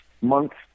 months